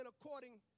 According